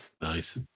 Nice